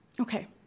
Okay